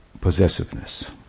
possessiveness